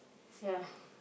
yeah